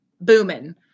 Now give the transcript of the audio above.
booming